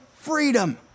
freedom